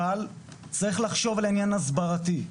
אבל צריך לחשוב על העניין ההסברתי,